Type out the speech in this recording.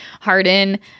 harden